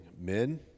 men